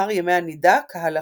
לאחר ימי הנידה, כהלכה.